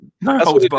no